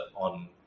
on